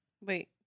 Wait